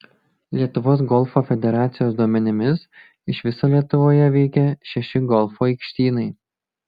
lietuvos golfo federacijos duomenimis iš viso lietuvoje veikia šeši golfo aikštynai